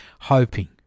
Hoping